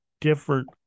different